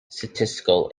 statistical